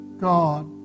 God